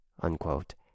unquote